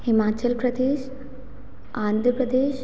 Himachal Pradesh Andhra Pradesh